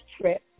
trip